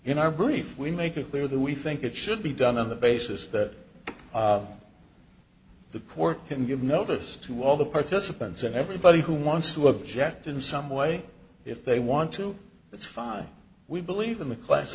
in our brief we make it clear that we think it should be done on the basis that the court can give notice to all the participants and everybody who wants to object in some way if they want to that's fine we believe in the class